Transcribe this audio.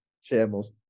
shambles